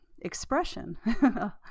expression